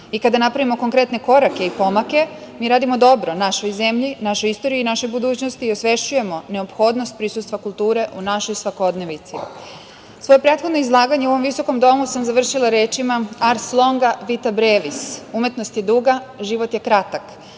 i kada napravimo konkretne korake i pomake, mi radimo dobro našoj zemlji, našoj istoriji i našoj budućnosti i osvešćujemo neophodnost prisustva kulture u našoj svakodnevici. Svoje prethodno izlaganje u ovom visokom domu sam završila rečima – „ars longa, vita brevis“ – umetnost je duga, život je kratak.